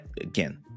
again